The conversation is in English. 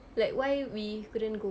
like why we couldn't go